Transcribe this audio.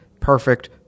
Perfect